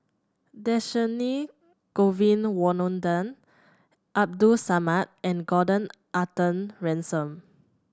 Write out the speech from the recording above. Dhershini Govin Winodan Abdul Samad and Gordon Arthur Ransome